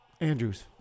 Andrews